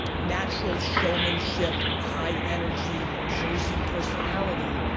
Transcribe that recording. natural showmanship, high-energy, jersey personality,